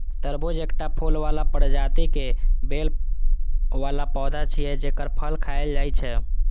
तरबूज एकटा फूल बला प्रजाति के बेल बला पौधा छियै, जेकर फल खायल जाइ छै